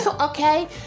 Okay